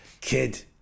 kid